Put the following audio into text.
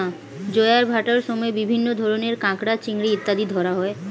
জোয়ার ভাটার সময় বিভিন্ন ধরনের কাঁকড়া, চিংড়ি ইত্যাদি ধরা হয়